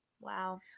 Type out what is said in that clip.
Wow